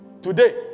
Today